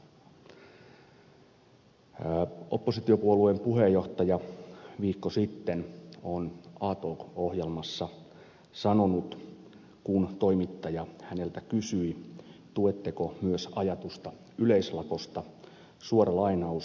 oppositiopuolueen puheenjohtaja viikko sitten on a talk ohjelmassa sanonut kun toimittaja häneltä kysyi tuetteko myös ajatusta yleislakosta suora lainaus